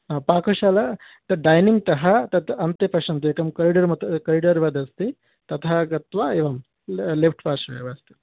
हा पाकशला तद् डैनिङ्ग्तः तत् अन्ते पश्यन्तु एकं करिडर् मत् करिडर् वदस्ति ततः गत्वा एवं ले लेफ़्ट् पार्श्वे एव अस्ति